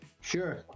Sure